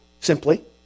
simply